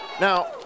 Now